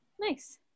Nice